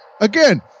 Again